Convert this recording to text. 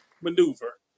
Maneuver